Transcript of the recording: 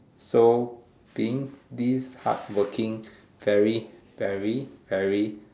so being this hardworking very very very